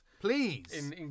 please